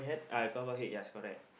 uh a cover head yes correct